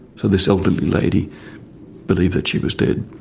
so this elderly lady believed that she was dead,